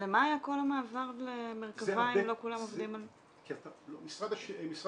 אז למה היה כל המעבר למרכב"ה אם לא כולם עובדים --- משרד התחבורה,